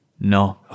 No